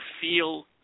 feel